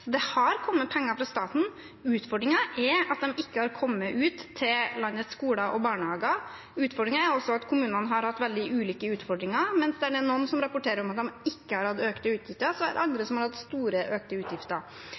Det har kommet penger fra staten. Utfordringen er at de ikke har kommet ut til landets skoler og barnehager. Utfordringen er også at kommunene har hatt veldig ulike utfordringer. Mens det er noen som rapporterer at de ikke har hatt økte utgifter, er det andre som har hatt store økte utgifter.